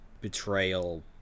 betrayal